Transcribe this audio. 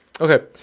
Okay